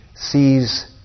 sees